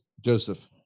Joseph